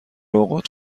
اوقات